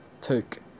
took